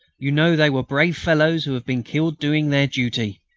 you know, they were brave fellows who have been killed doing their duty.